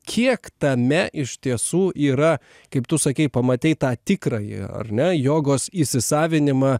kiek tame iš tiesų yra kaip tu sakei pamatei tą tikrąjį ar ne jogos įsisavinimą